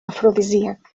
afrodisíac